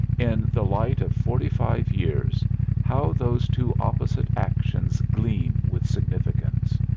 in the light of forty-five years how those two opposite actions gleam with significance,